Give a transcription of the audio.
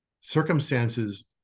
circumstances